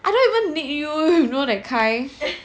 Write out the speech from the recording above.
I don't even need you know the kind